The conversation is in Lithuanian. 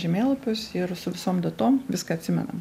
žemėlapius ir su visom datom viską atsimena